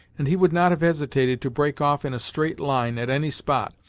and he would not have hesitated to break off in a straight line at any spot,